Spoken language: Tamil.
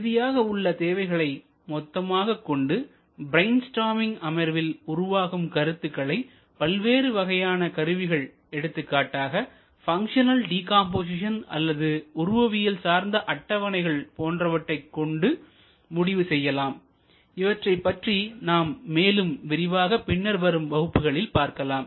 இறுதியாக உள்ள தேவைகளை மொத்தமாக கொண்டு பிரைன் ஸ்டார்மிங் அமர்வில் உருவாகும் கருத்துக்களை பல்வேறு வகையான கருவிகள் எடுத்துக்காட்டாக ஃபங்க்ஷன்ல் டீகாம்போசிஷன் அல்லது உருவவியல் சார்ந்த அட்டவணைகள் போன்றவற்றைக் கொண்டு முடிவு செய்யலாம் இவற்றைப் பற்றி நாம் மேலும் விரிவாக பின்னர் வரும் வகுப்புகளில் பார்க்கலாம்